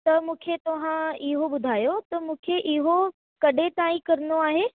त मूंखे तव्हां इहो ॿुधायो त मूंखे इहो कॾहिं ताईं करिणो आहे